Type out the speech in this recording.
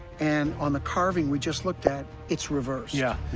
and on the carving we just looked at, it's reversed. yeah,